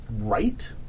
right